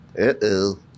Uh-oh